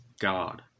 God